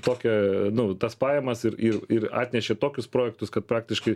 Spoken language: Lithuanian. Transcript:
tokią nu tas pajamas ir ir ir atnešė tokius projektus kad praktiškai